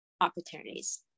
opportunities